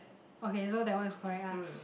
okay so that one is correct ah